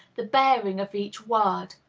the bearing of each word.